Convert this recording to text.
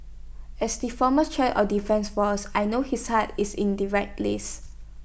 as the former chief of defence force I know his heart is in the right place